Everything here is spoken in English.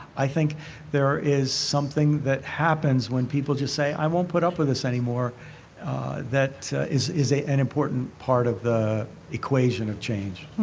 i think there is something that happens when people just say, i won't put up with this anymore that is is an important part of the equation of change